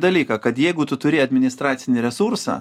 dalyką kad jeigu tu turi administracinį resursą